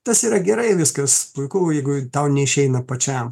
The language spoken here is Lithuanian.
tas yra gerai viskas puiku jeigu tau neišeina pačiam